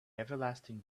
everlasting